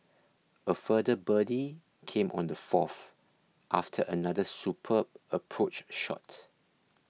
a further birdie came on the fourth after another superb approach shot